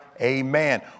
amen